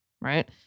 right